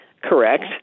correct